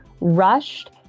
rushed